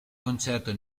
concerto